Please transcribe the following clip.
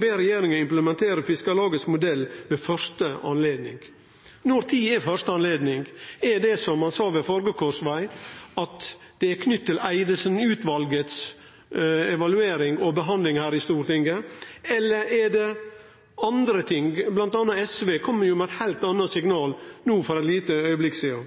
ber regjeringen implementere Fiskarlagets modell ved første anledning.» Men når er første anledning? Er det slik som ein sa ved førre korsveg, at det er knytt til Eidesen-utvalet si evaluering og behandling her i Stortinget, eller er det andre ting? Blant andre SV kom jo med eit heilt anna signal no for ein liten augneblink sidan.